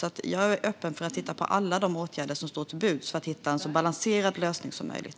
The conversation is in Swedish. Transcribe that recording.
Jag är alltså öppen för att titta på alla åtgärder som står till buds för att vi ska hitta en så balanserad lösning som möjligt.